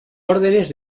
órdenes